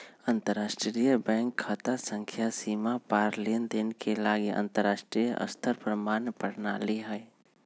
अंतरराष्ट्रीय बैंक खता संख्या सीमा पार लेनदेन के लागी अंतरराष्ट्रीय स्तर पर मान्य प्रणाली हइ